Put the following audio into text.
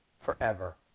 forever